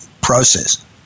process